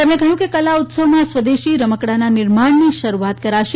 તેમણે કહ્યું કે કલા ઉત્સવમાં સ્વદેશી રમકડાના નિર્માણની શરુઆત કરાશે